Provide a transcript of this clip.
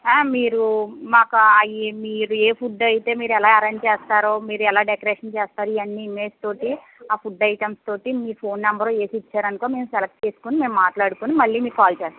మీరు మాకు అవి మీరు ఏ ఫుడ్డయితే మీరు ఎలా అరైంజ్ చేస్తారో మీరు ఎలా డెకరేషన్ చేస్తారో ఇవన్నీ ఇమేజెస్ తోటి ఆ ఫుడ్ ఐటమ్స్ తోటి మీ ఫోన్ నెంబరు వేసి ఇచ్చారనుకో మేము సెలెక్ట్ చేసుకుని మేం మాట్లాడుకుని మళ్ళీ మీకు కాల్ చేస్తాం